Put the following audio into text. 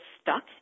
stuck